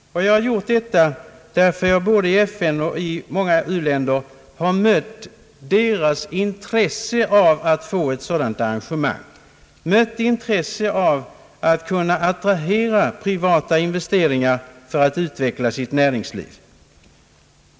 Jag har gjort det därför att jag både i FN och i många u-länder konstaterat intresset för ett sådant arrangemang, intresset att kunna attrahera privata investeringar för att få möjligheter att utveckla u-ländernas näringsliv.